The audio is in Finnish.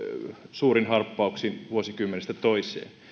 suurin harppauksin vuosikymmenestä toiseen